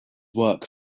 work